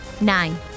Nine